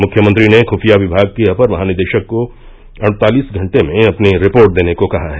मुख्यमंत्री ने खुफिया विभाग के अपर महानिदेशक को अड़तालिस घंटे में अपनी रिपोर्ट देने को कहा है